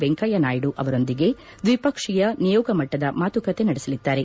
ವೆಂಕಯ್ಯನಾಯ್ತು ಅವರೊಂದಿಗೆ ದ್ವಿಪಕ್ಷೀಯ ನಿಯೋಗ ಮಟ್ಟದ ಮಾತುಕತೆ ನಡೆಸಲಿದ್ದಾರೆ